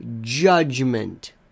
judgment